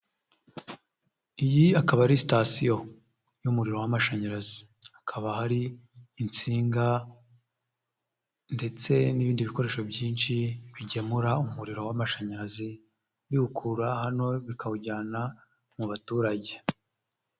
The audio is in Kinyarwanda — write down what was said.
Iyi akaba ari sitasiyo y'umuriro w'amashanyarazi, hakaba hari insinga ndetse n'ibindi bikoresho byinshi bigemura umuriro w'amashanyarazi biwukura hano bikawujyana mu baturage.